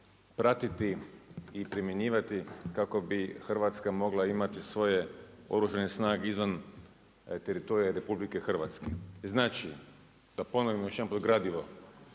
pratiti i primjenjivati kako bi Hrvatska mogla imati svoje Oružane snage izvan teritorija RH. Znači, da ponovimo još jednom, pod gradivo,